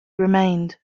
remained